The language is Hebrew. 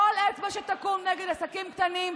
כל אצבע שתקום נגד עסקים קטנים,